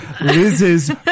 Liz's